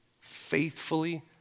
faithfully